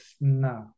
no